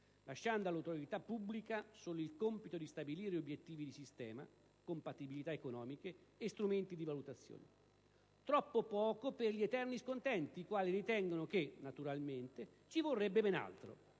lasciando all'autorità pubblica solo il compito di stabilire obiettivi di sistema, compatibilità economiche e strumenti di valutazione. Troppo poco per gli eterni scontenti, i quali ritengono che, naturalmente, «ci vorrebbe ben altro»